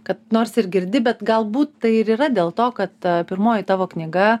kad nors ir girdi bet galbūt tai ir yra dėl to kad pirmoji tavo knyga